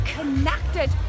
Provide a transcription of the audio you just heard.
connected